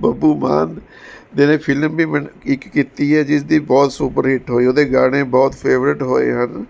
ਬੱਬੂ ਮਾਨ ਦੇ ਨੇ ਫਿਲਮ ਵੀ ਇੱਕ ਕੀਤੀ ਹੈ ਜਿਸਦੀ ਬਹੁਤ ਸੁਪਰ ਹਿੱਟ ਹੋਈ ਉਹਦੇ ਗਾਣੇ ਬਹੁਤ ਫੇਵਰੇਟ ਹੋਏ ਹਨ